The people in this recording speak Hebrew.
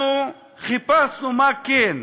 חיפשנו מה כן.